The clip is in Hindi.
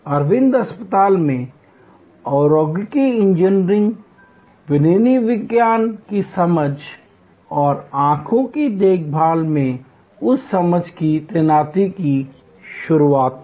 अरविंद अस्पताल ने औद्योगिक इंजीनियरिंग विनिर्माण विज्ञान की अच्छी समझ और आंखों की देखभाल में उस समझ की तैनाती की शुरुआत की